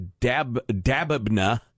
Dababna